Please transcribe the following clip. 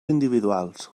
individuals